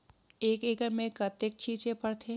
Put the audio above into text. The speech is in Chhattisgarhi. एक एकड़ मे कतेक छीचे पड़थे?